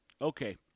Okay